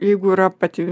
jeigu yra pati